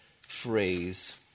phrase